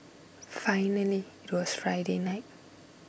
finally it was Friday night